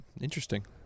interesting